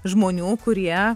žmonių kurie